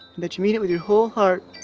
that you mean it with your whole heart.